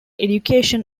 education